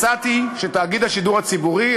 הצעתי שתאגיד השידור הציבורי,